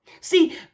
See